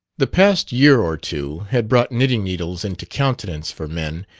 the past year or two had brought knitting-needles into countenance for men,